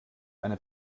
eine